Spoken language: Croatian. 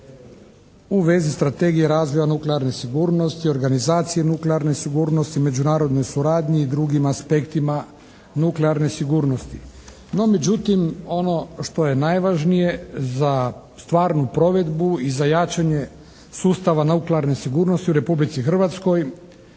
u vezi Strategije razvoja nuklearne sigurnosti, organizacije nuklearne sigurnosti, međunarodne suradnje i drugim aspektima nuklearne sigurnosti. No međutim ono što je najvažnije za stvarnu provedbu i za jačanje sustava nuklearne sigurnosti u Republici Hrvatskoj